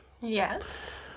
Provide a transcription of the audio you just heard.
Yes